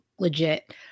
Legit